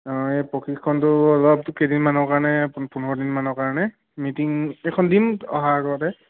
অঁ এই প্ৰশিক্ষণটো অলপ কেইদিনমানৰ কাৰণে পো পোন্ধৰ দিনমানৰ কাৰণে মিটিং এখন দিম অহাৰ আগতে